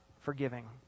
forgiving